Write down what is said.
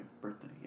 birthday